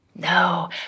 No